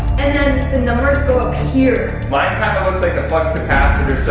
and then the numbers go up here. mine kind of looks like the flux capacitor, so